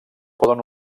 poden